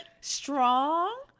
strong